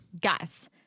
Guys